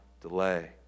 delay